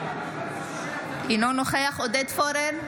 אינו נוכח עודד פורר,